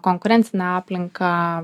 konkurencinę aplinką